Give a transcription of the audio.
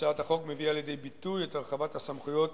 הצעת החוק מביאה לידי ביטוי את הרחבת הסמכויות